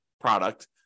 product